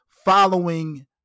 following